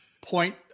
point